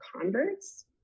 converts